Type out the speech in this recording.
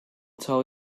tell